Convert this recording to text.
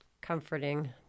comforting